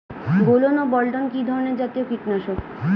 গোলন ও বলটন কি ধরনে জাতীয় কীটনাশক?